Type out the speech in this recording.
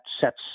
sets